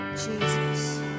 Jesus